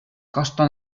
costa